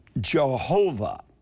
Jehovah